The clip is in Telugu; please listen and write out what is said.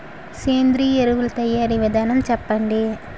సేంద్రీయ ఎరువుల తయారీ విధానం చెప్పండి?